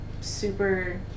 super